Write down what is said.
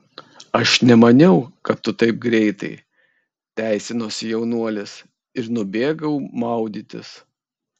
aš nemaniau kad tu taip greitai teisinosi jaunuolis ir nubėgau maudytis